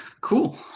Cool